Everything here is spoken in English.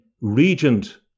regent